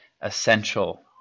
essential